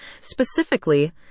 Specifically